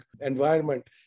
environment